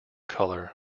color